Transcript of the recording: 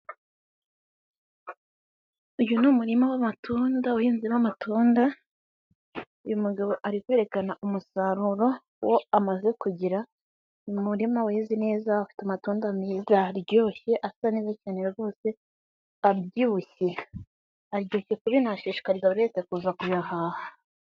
Uyu ni umurima w'amatunda abahinzemo amatunda, uyu mugabo ari kwerekana umusaruro wo amaze kugira, umurima wezi neza, ufite amatunda meza, aryoshye, asa neza cyane rwose, abyibushye, aryoshye kubi nashishikariza buri wese kuza kuyahaha.